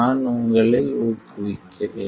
நான் உங்களை ஊக்குவிக்கிறேன்